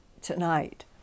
tonight